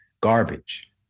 garbage